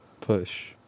Push